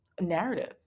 narrative